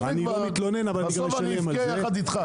בסוף אבכה יחד איתך.